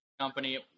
company